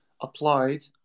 applied